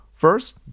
First